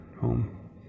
home